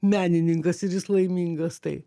menininkas ir jis laimingas tai